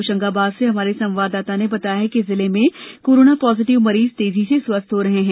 होशंगाबाद से हमारे संवाददाता ने बताया है कि जिले में कोरोना पॉजिटिव मरीज तेजी से स्वस्थ हो रहे हैं